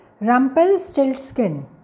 Rumpelstiltskin